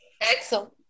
Excellent